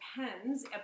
depends